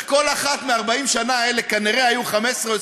במשך כל אחת מ-40 השנה האלה כנראה היו 15,000 או